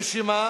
רשימה